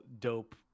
dope